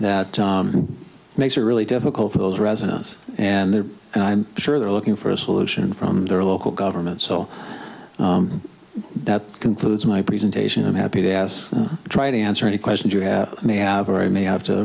that makes it really difficult for those residents and there and i'm sure they're looking for a solution from their local government so that concludes my presentation i'm happy to as to try to answer any questions you have may have or i may have to